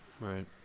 right